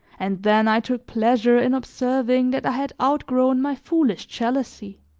and then i took pleasure in observing that i had outgrown my foolish jealousy,